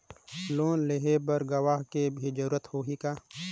Loan लेहे बर गवाह के भी जरूरत होही का?